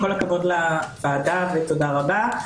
כל הכבוד לוועדה ותודה רבה,